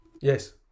Yes